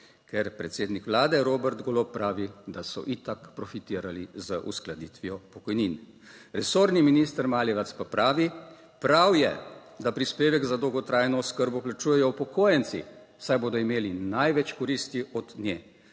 ker predsednik Vlade Robert Golob pravi, da so itak profitirali z uskladitvijo pokojnin. Resorni minister Maljevac pa pravi: prav je, da prispevek za dolgotrajno oskrbo plačujejo upokojenci, saj bodo imeli največ koristi od nje.